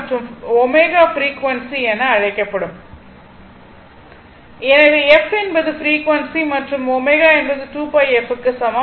மற்றும் ω ஃப்ரீக்வன்சி என அழைக்கப்படும் எனவே f என்பது ஃப்ரீக்வன்சி மற்றும் ω என்பது 2πf க்கு சமம்